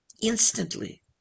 instantly